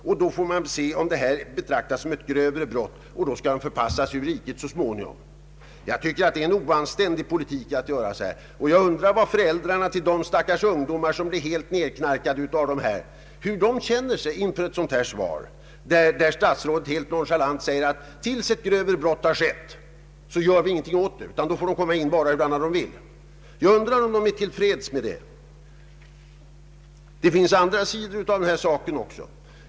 Sedan får man se om detta kan betraktas som ett grövre brott. Först därefter skall han förpassas ur riket. Jag anser att det är en oanständig politik. Jag undrar hur föräldrarna till de stackars ungdomar som blivit nedknarkade känner sig inför ett sådant svar som det inrikesministern nu lämnat och där han sagt att tills ett grövre brott skett gör statsmakterna ingenting. Jag undrar som sagt om dessa föräldrar kan vara till freds med sådana förhållanden. Det finns även andra sidor av denna sak.